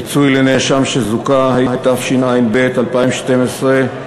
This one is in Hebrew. (פיצוי לנאשם שזוכה), התשע"ב 2012,